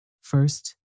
First